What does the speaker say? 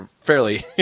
fairly